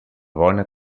bona